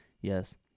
yes